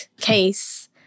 case